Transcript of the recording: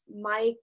Mike